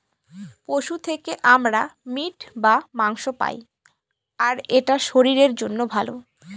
পশু থেকে আমরা মিট বা মাংস পায়, আর এটা শরীরের জন্য ভালো